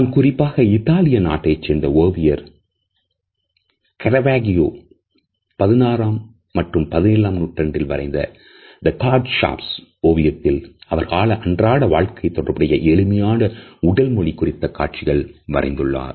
நான் குறிப்பாக இத்தாலிய நாட்டைச் சேர்ந்த ஓவியர் கரவாகிய கோ 16 ம மற்றும் 17ஆம் நூற்றாண்டில் வரைந்த The Cardsharpsஓவியத்தில் அவர் கால அன்றாட வாழ்க்கை தொடர்புடைய எளிமையான உடல் மொழி குறித்த காட்சி வரைந்துள்ளார்